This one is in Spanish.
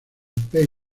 pay